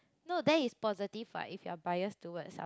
no then is positive what if you're bias towards some